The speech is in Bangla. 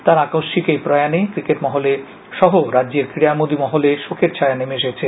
তার আকস্মিক এই প্রয়ানে ক্রিকেট মহল সহ রাজ্যের ক্রীড়ামোদি মহলে শোকের ছায়া নেমে এসেছে